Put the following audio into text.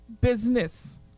business